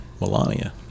Melania